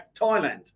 Thailand